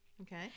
Okay